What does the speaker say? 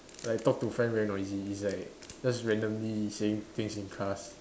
like talk to friend very noisy it's like just randomly saying things in class